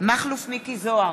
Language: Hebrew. מכלוף מיקי זוהר,